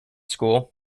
school